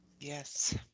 Yes